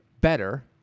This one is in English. better